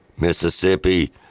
Mississippi